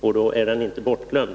Då är den inte bortglömd.